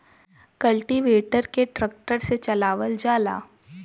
cultivator के tractor से चलावल जाला